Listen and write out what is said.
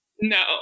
No